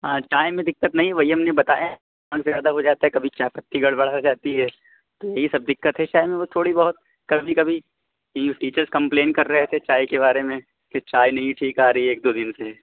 ہاں ٹائم میں دقت نہیں ہے وہی ہم نے بتایا ہے زیادہ ہو جاتا ہے کبھی چائے پتی گڑبڑ آ جاتی ہے تو یہی سب دقت ہے چائے میں بس تھوڑی بہت کبھی کبھی کیونکہ ٹیچرس کمپلین کر رہے تھے چائے کے بارے میں کہ چائے نہیں ٹھیک آ رہی ہے ایک دو دن سے